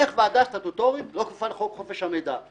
איך ועדה סטטוטורית לא כפופה לחוק חופש המידע?